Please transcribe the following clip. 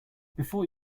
before